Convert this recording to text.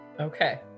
Okay